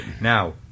Now